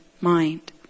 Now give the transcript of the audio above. mind